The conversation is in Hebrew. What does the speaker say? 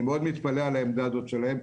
אני מאוד מתפלא על העמדה הזאת שלהם.